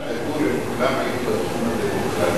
בהיותו משפטן